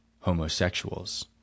homosexuals